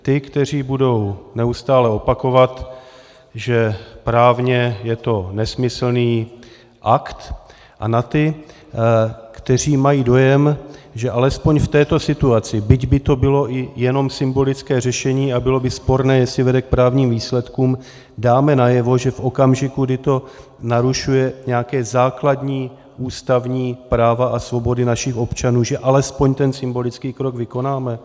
Ty, kteří budou neustále opakovat, že právně je to nesmyslný akt, a na ty, kteří mají dojem, že alespoň v této situaci, byť by to bylo i jenom symbolické řešení a bylo by sporné, jestli vede k právním výsledkům, dáme najevo, že v okamžiku, kdy to narušuje nějaká základní ústavní práva a svobody našich občanů, že alespoň ten symbolický krok vykonáme?